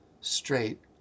Straight